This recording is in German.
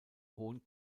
hohen